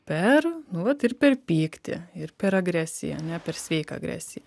per nu vat ir per pyktį ir per agresiją ane per sveiką agresiją